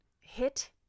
hit